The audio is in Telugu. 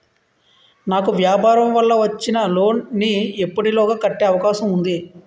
నాకు వ్యాపార వల్ల వచ్చిన లోన్ నీ ఎప్పటిలోగా కట్టే అవకాశం ఉంది?